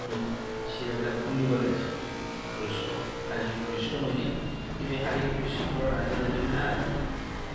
সেই চিৰাবিলাক খুন্দিব লাগিছিল যথেষ্ট শাৰীৰিক পৰিশ্ৰম হৈছিল কিন্তু সেই শাৰীৰিক পৰিশ্ৰম কৰাৰ আজি আৰু দিন নাই